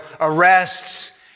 arrests